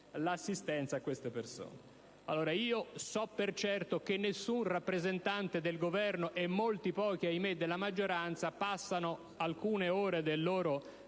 l'assistenza a queste persone.